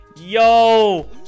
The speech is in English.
Yo